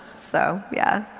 so yeah.